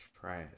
Trash